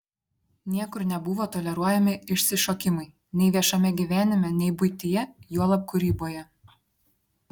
niekur nebuvo toleruojami išsišokimai nei viešame gyvenime nei buityje juolab kūryboje